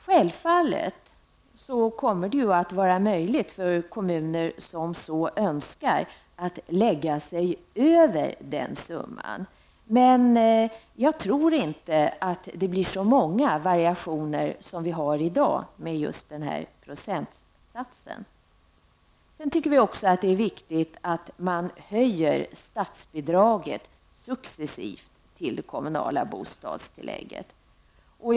Självfallet måste det vara möjligt för kommuner som så önskar att lägga sig över den summan, men jag tror inte att det blir så många variationer som vi har i dag med just procentsatsen. Sedan tycker vi också att det är viktigt att statsbidraget till kommunalt bostadstillägg höjs successivt.